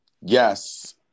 Yes